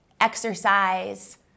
exercise